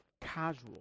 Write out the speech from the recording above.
casual